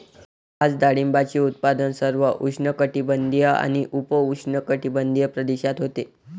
आज डाळिंबाचे उत्पादन सर्व उष्णकटिबंधीय आणि उपउष्णकटिबंधीय प्रदेशात होते